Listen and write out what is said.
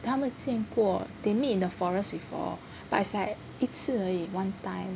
他们见过 they meet in the forest before but it's like 一次而已 one time